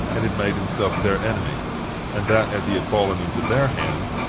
and had made himself their enemy and that, as he had fallen into their hands,